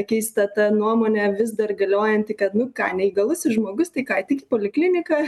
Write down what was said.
keista ta nuomonė vis dar galiojanti kad nu ką neįgalusis žmogus tai ką tik į polikliniką